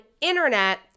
internet